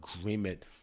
agreement